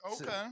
Okay